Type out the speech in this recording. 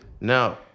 No